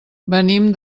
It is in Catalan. venim